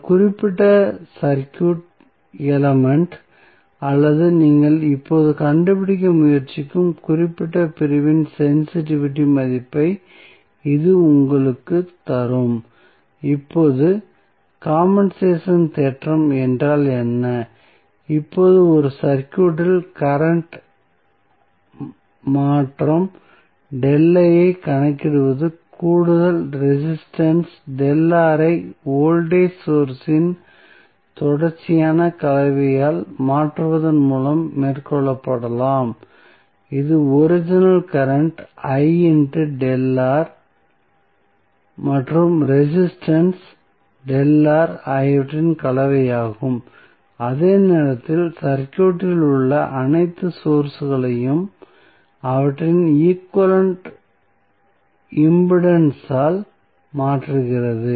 அந்த குறிப்பிட்ட circuit element அல்லது நீங்கள் இப்போது கண்டுபிடிக்க முயற்சிக்கும் குறிப்பிட்ட பிரிவின் சென்சிடிவிட்டி மதிப்பை இது உங்களுக்குத் தரும் குறிப்பாக காம்பென்சேஷன் தேற்றம் என்றால் என்ன இப்போது ஒரு சர்க்யூட்டில் கரண்ட் மாற்றம் ஐக் கணக்கிடுவது கூடுதல் ரெசிஸ்டன்ஸ் ஐ வோல்டேஜ் சோர்ஸ் இன் தொடர்ச்சியான கலவையால் மாற்றுவதன் மூலம் மேற்கொள்ளப்படலாம் இது ஒரிஜினல் கரண்ட் மற்றும் ரெசிஸ்டன்ஸ் ஆகியவற்றின் கலவையாகும் அதே நேரத்தில் சர்க்யூட்டில் உள்ள அனைத்து சோர்ஸ்களையும் அவற்றின் ஈக்வலன்ட் இம்பெடன்செஸ் ஆல் மாற்றுகிறது